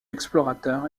explorateur